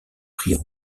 pris